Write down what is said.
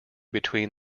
between